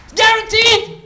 guaranteed